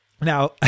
Now